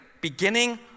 beginning